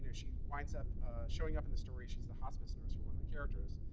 and she winds up showing up in the story. she's the hospice nurse for one of the characters.